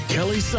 Kelly